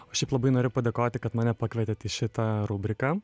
o šiaip labai noriu padėkoti kad mane pakvietėt į šitą rubriką